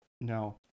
no